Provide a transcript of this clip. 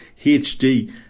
HD